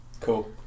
cool